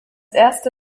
erste